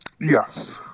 Yes